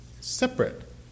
separate